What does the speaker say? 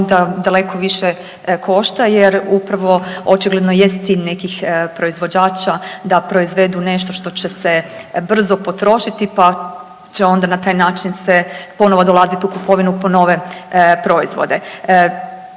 onda daleko više košta jer upravo očigledno jest cilj nekih proizvođača da proizvedu nešto što će se brzo potrošiti pa će onda na taj način se ponovo dolaziti u kupovinu po nove proizvode.